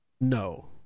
No